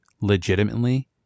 legitimately